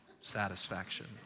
satisfaction